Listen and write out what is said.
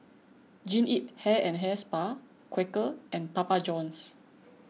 Jean Yip Hair and Hair Spa Quaker and Papa Johns